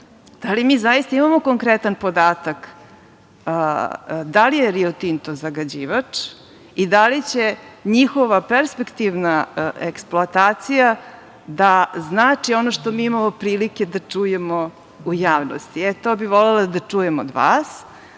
Da li mi zaista imamo konkretan podatak da li je Rio Tinto zagađivač i da li će njihova perspektivna eksploatacija da znači ono što mi imamo prilike da čujemo u javnosti? To bi volela da čujem od vas.